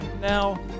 Now